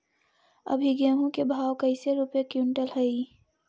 अभी गेहूं के भाव कैसे रूपये क्विंटल हई?